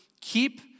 keep